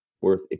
worth